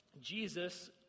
Jesus